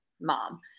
mom